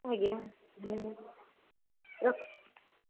ଆଜ୍ଞା ହୁଁ ରଖୁ